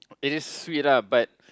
it is sweet lah but